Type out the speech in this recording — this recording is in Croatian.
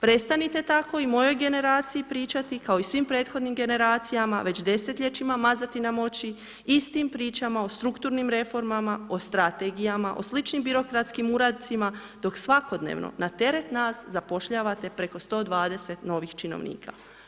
Prestanite tako i mojoj generaciji pričati kao i svim prethodnim generacijama već desetljećima mazati nam oči istim pričama o strukturnim reformama, o strategijama, o sličnim birokratskim uradcima dok svakodnevno na teret nas zapošljavate preko 120 novih činovnika.